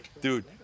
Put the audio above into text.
Dude